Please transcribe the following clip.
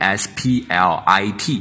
split